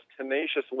tenaciously